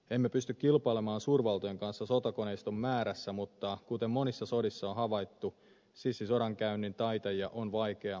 emme pysty kilpailemaan suurvaltojen kanssa sotakoneiston määrässä mutta kuten monissa sodissa on havaittu sissisodankäynnin taitajia on vaikea lannistaa